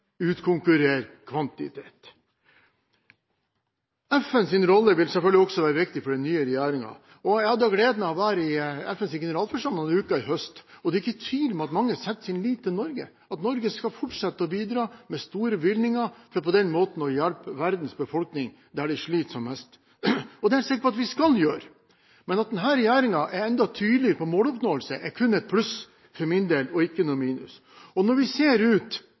utkonkurrerer kvantitet. FNs rolle vil selvfølgelig også være viktig for den nye regjeringen. Jeg hadde gleden av å være i FNs generalforsamling noen uker i høst, og det er ikke tvil om at mange setter sin lit til Norge, til at Norge skal fortsette å bidra med store bevilgninger for på den måten å hjelpe verdens befolkning der de sliter mest. Det er jeg sikker på vi skal gjøre. Men at denne regjeringen er enda tydeligere på måloppnåelse, er kun et pluss for min del og ikke noe minus. Når vi ser ut